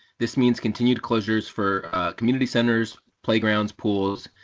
this means continued closures for community centers, playgrounds, pools,